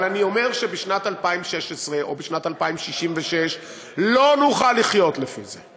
אבל אני אומר שבשנת 2016 או בשנת 2066 לא נוכל לחיות לפי זה.